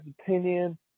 opinion